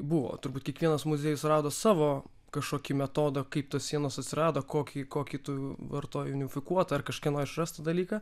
buvo turbūt kiekvienas muziejus rado savo kažkokį metodą kaip tos sienos atsirado kokį kokį tu vartoji unifikuotą ar kažkieno išrastą dalyką